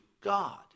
God